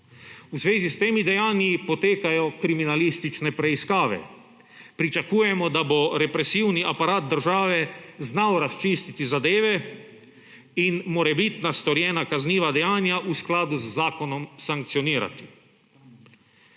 V zvezi s temi dejanji potekajo kriminalistične preiskave. Pričakujemo, da bo represivni aparat države znal razčistiti zadeve in morebitna storjena kazniva dejanja v skladu z zakonom sankcionirati.